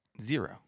Zero